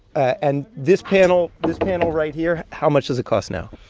ah and this panel this panel right here how much does it cost now?